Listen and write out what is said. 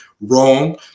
wrong